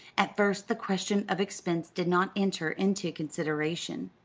at first the question of expense did not enter into consideration.